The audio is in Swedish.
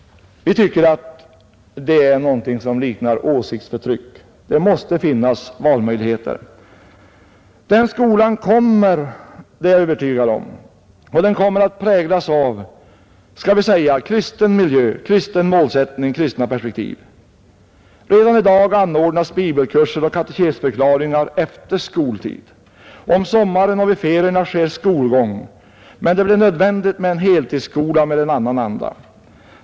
Vi tycker att det är någonting som liknar åsiktsförtryck. Det måste finnas valmöjligheter. Den skolan kommer — det är jag övertygad om — som präglas av skall vi säga kristen miljö, kristen målsättning, kristna perspektiv. Redan i dag anordnas bibelkurser och katekesförklaringar efter skoltid. Om sommaren och vid ferierna sker skolgång, men det blir nödvändigt med en heltidsskola med en annan anda.